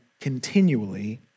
continually